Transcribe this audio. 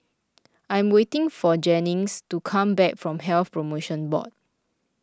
I am waiting for Jennings to come back from Health Promotion Board